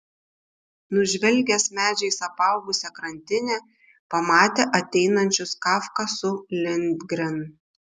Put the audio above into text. nužvelgęs medžiais apaugusią krantinę pamatė ateinančius kafką su lindgren